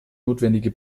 notwendige